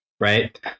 Right